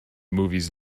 movies